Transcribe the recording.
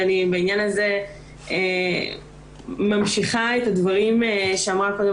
בעניין הזה אני ממשיכה את הדברים שאמרה קודם